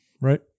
right